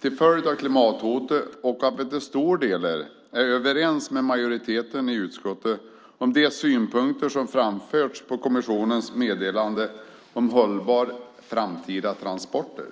till följd av klimathotet samt att vi till stor del är överens med majoriteten i utskottet om de synpunkter som framförts på kommissionens meddelande om hållbara framtida transporter.